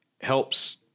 helps